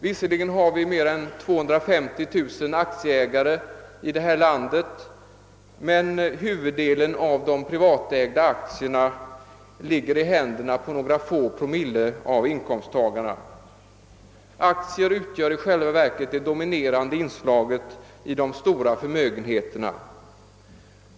Visserligen har vi mer än 250 000 aktieägare i detta land, men huvuddelen av de privatägda aktierna ligger i händerna på några få promille av inkomsttagarna. Aktier utgör i själva verket det dominerande inslaget i de stora förmögenheterna.